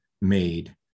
made